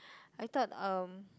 I thought um